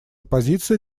позиция